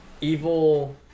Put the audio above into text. Evil